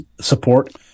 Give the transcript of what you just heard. support